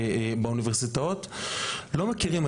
באוניברסיטאות לא מכירים,